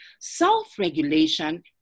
self-regulation